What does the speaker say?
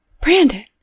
Brandon